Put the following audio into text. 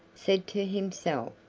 said to himself